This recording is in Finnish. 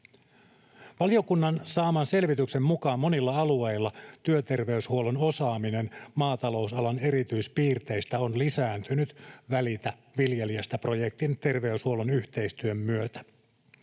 Valiokunnan saaman selvityksen mukaan monilla alueilla työterveyshuollon osaaminen maatalousalan erityispiirteistä on lisääntynyt Välitä viljelijästä ‑projektin ja työterveyshuollon yhteistyön myötä.